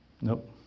Nope